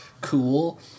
cool